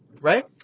Right